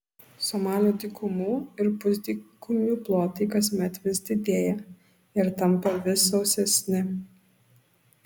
somalio dykumų ir pusdykumių plotai kasmet vis didėja ir tampa vis sausesni